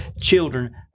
children